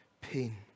pain